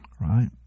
right